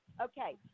Okay